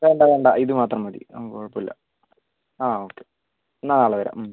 വേണ്ട വേണ്ട ഇത് മാത്രം മതി ആ കുഴപ്പമില്ല ആ ഓക്കെ നാളെ വരാം